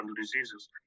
diseases